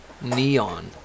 neon